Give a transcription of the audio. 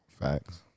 Facts